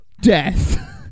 Death